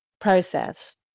process